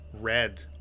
red